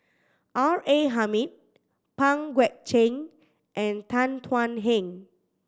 R A Hamid Pang Guek Cheng and Tan Thuan Heng